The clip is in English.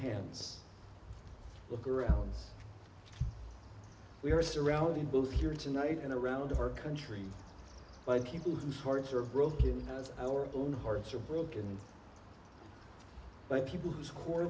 hands look around we are surrounded both here tonight and around our country by people whose hearts are broken and our own hearts are broken by people whose core